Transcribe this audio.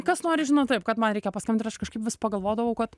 kas nori žino taip kad man reikia paskambint ir aš kažkaip vis pagalvodavau kad